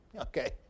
Okay